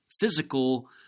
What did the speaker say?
physical